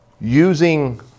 using